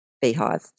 beehive